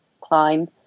climb